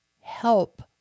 help